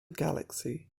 galaxy